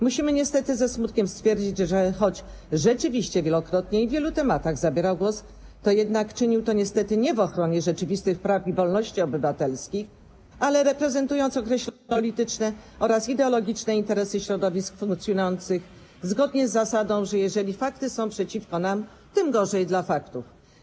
Musimy niestety ze smutkiem stwierdzić, że choć rzeczywiście wielokrotnie i w wielu tematach zabierał głos, to jednak czynił to niestety nie w ochronie rzeczywistych praw i wolności obywatelskich, ale reprezentując określone siły polityczne oraz ideologiczne interesy środowisk funkcjonujących zgodnie z zasadą: jeżeli fakty są przeciwko nam, tym gorzej dla faktów.